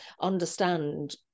understand